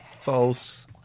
False